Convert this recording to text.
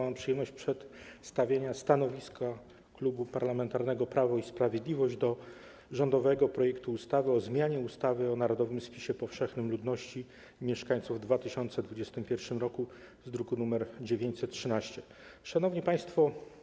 Mam przyjemność przedstawić stanowisko Klubu Parlamentarnego Prawo i Sprawiedliwość wobec rządowego projektu ustawy o zmianie ustawy o narodowym spisie powszechnym ludności i mieszkań w 2021 r., druk nr 913. Szanowni Państwo!